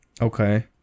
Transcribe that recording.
Okay